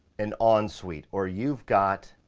an on suite or you've got,